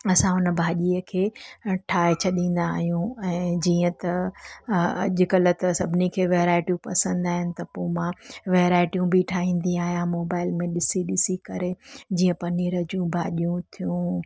असां उन भाॼीअ खे ठाहे छॾींदा आहियूं ऐं जीअं त अॼु कल्ह सभिनी खे वैराईटियूं पसंदि आहिनि त पोइ मां वैराइटियूं बि ठाहींदी आहियां मोबाइल में ॾिसी ॾिसी करे जीअं पनीर जूं भाॼियूं थियूं